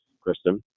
Kristen